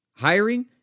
hiring